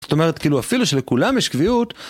זאת אומרת כאילו אפילו שלכולם יש קביעות.